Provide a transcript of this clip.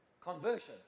conversion